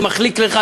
זה מחליק לך,